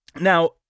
now